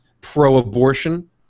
pro-abortion